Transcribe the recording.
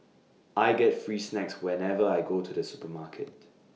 I get free snacks whenever I go to the supermarket